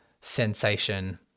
sensation